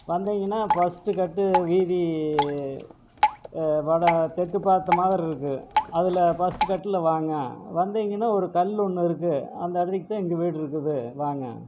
வந்தீங்கன்னா ஃபர்ஸ்ட்டு கட்டு வீதி வட தெற்கு பார்த்த மாதிரிருக்கு அதில் ஃபர்ஸ்ட்டு கட்ல வாங்க வந்தீங்கன்னா ஒரு கல் ஒன்று இருக்கு அந்த இடத்து கிட்ட எங்கள் வீடு இருக்குது வாங்க